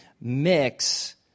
mix